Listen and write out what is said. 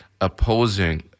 opposing